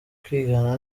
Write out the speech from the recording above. kwigana